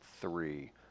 three